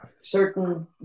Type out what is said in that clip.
certain